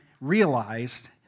realized